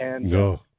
No